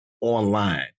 online